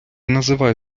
називай